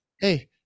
hey